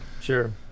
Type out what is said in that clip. sure